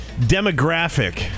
demographic